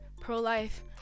pro-life